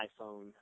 iPhone